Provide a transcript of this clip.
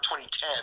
2010